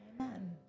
Amen